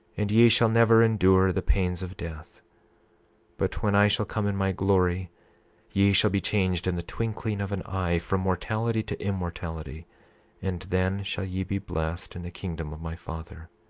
and ye shall never endure the pains of death but when i shall come in my glory ye shall be changed in the twinkling of an eye from mortality to immortality and then shall ye be blessed in the kingdom of my father.